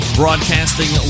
broadcasting